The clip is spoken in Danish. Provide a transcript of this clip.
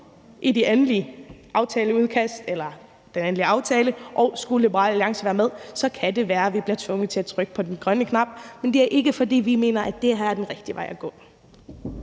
for. Og skulle det havne i den endelige aftale, og skulle Liberal Alliance være med, kan det være, at vi bliver tvunget til at trykke på den grønne knap. Men det er ikke, fordi vi mener, det her er den rigtige vej at gå.